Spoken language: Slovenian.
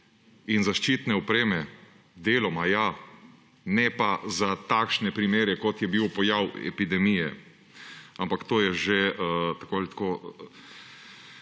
in zaščitne opreme? Deloma ja, ne pa za takšne primere, kot je bil pojav epidemije. Ampak to je že tako ali tako